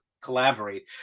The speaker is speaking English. collaborate